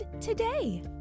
today